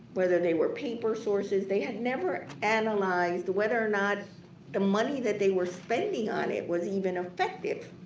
whether they were paper sources. they had never analyzed whether or not the money that they were spending on it was even effective.